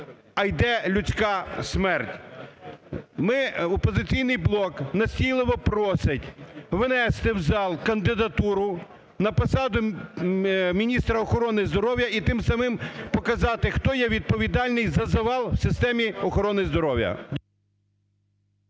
а йде людська смерть. "Опозиційний блок" настійливо просить внести в зал кандидатуру на посаду міністра охорони здоров'я і тим самим показати, хто є відповідальний за завал у системі охорони здоров'я.